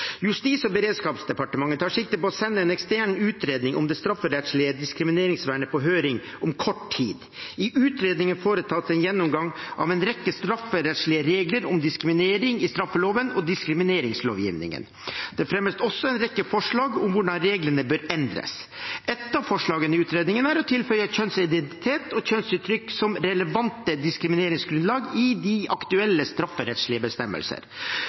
Justis- og beredskapsdepartementet tar sikte på å sende en ekstern utredning om det strafferettslige diskrimineringsvernet på høring om kort tid. I utredningen foretas en gjennomgang av en rekke strafferettslige regler om diskriminering i straffeloven og i diskrimineringslovgivningen. Det fremmes også en rekke forslag om hvordan reglene bør endres. Ett av forslagene i utredningen er å tilføye «kjønnsidentitet» og «kjønnsuttrykk» som relevante diskrimineringsgrunnlag i de aktuelle strafferettslige bestemmelser.